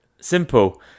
simple